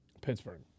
Pittsburgh